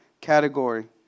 category